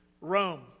Rome